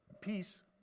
peace